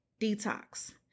Detox